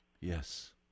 Yes